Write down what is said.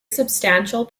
substantial